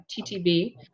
TTB